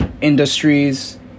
industries